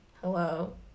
hello